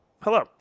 Hello